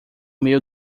meio